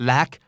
Lack